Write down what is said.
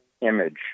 image